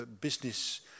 business